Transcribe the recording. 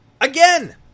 Again